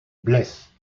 blesse